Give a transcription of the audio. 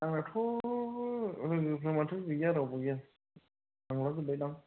आंनाथ' लोगोफ्रा माथो गैया रावबो गैया थांलाजोबबाय दां